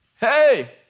hey